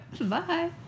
Bye